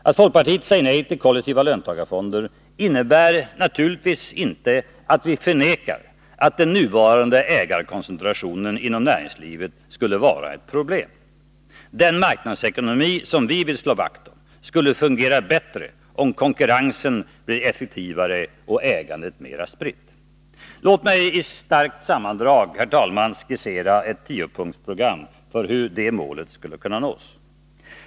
Att folkpartiet säger nej till kollektiva löntagarfonder innebär naturligtvis inte att vi förnekar att den nuvarande ägarkoncentrationen inom näringslivet skulle vara ett problem. Den marknadsekonomi vi vill slå vakt om skulle fungera bättre om konkurrensen blev effektivare och ägandet mer spritt. Låt mig i starkt sammandrag, herr talman, skissera ett tiopunktsprogram för hur det målet skulle kunna nås.